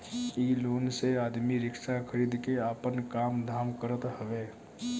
इ लोन से आदमी रिक्शा खरीद के आपन काम धाम करत हवे